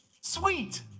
Sweet